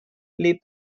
les